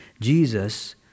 Jesus